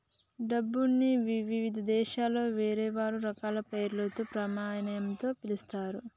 డబ్బుని ఇవిధ దేశాలలో వేర్వేరు రకాల పేర్లతో, ప్రమాణాలతో పిలుత్తారు